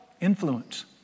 Influence